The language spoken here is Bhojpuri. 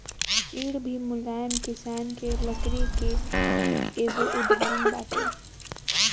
चीड़ भी मुलायम किसिम के लकड़ी कअ एगो उदाहरण बाटे